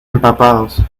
empapados